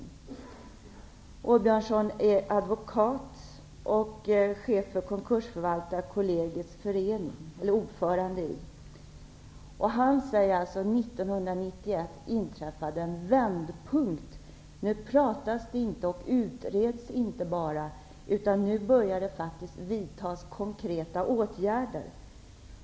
Rolf Åbjörnsson är advokat och ordförande i Konkursförvaltarkollegiet. Nu pratas och utreds det inte bara, utan nu börjar det faktiskt vidtas konkreta åtgärder.